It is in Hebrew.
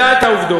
תדע את העובדות.